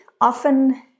often